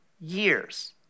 years